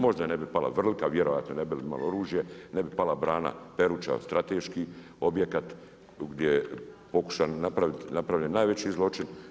Možda ne bi pala Vrlika, vjerojatno ne bi imali oružje, ne bi pala brana Peruča strateški objekat gdje je pokušan, napravljen najveći zločin.